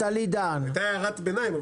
זו היתה הערת ביניים.